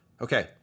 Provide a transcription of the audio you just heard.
Okay